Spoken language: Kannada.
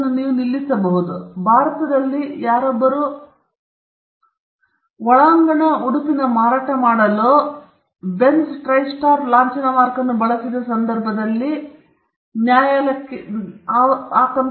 ಈಗ ಭಾರತದಲ್ಲಿ ಯಾರೊಬ್ಬರೂ ಒಳಾಂಗಣ ಉಡುಪಿನ ಮಾರಾಟ ಮಾಡಲು ಬೆನ್ಝ್ ಟ್ರೈಸ್ಟಾರ್ ಲಾಂಛನ ಮಾರ್ಕ್ ಅನ್ನು ಬಳಸಿದ ಸಂದರ್ಭದಲ್ಲಿ ನ್ಯಾಯಾಲಯಕ್ಕೆ ತಿಳಿದಿರಲಿಲ್ಲ